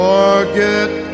Forget